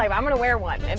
um i'm going to wear one. and